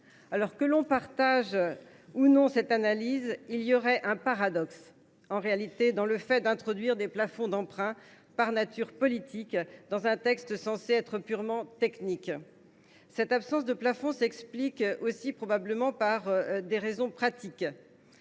Que l’on partage ou non cette analyse, il serait paradoxal d’introduire des plafonds d’emprunt, par nature politiques, dans un texte censé être purement technique. Cette absence de plafonds s’explique aussi probablement par des raisons pratiques.